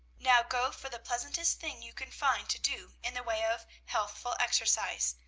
now go, for the pleasantest thing you can find to do in the way of healthful exercise.